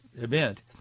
event